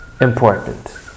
important